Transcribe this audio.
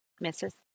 Misses